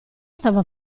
stava